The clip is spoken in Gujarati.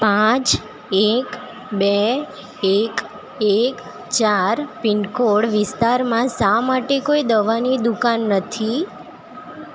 પાંચ એક બે એક એક ચાર પિનકોડ વિસ્તારમાં શા માટે કોઈ દવાની દુકાન નથી